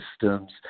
systems